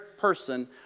person